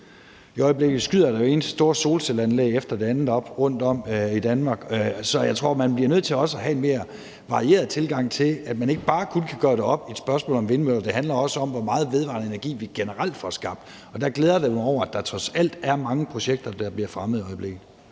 I øjeblikket skyder det ene store solcelleanlæg efter det andet op rundtom i Danmark. Så jeg tror også, man bliver nødt til at have en mere varieret tilgang til det, og at man ikke bare kan gøre det op i et spørgsmål om vindmøller. Det handler også om, hvor meget vedvarende energi vi generelt får skabt, og der glæder jeg mig da over, at der trods alt er mange projekter, der bliver fremmet i øjeblikket.